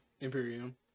Imperium